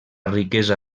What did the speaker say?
riquesa